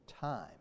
time